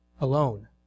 alone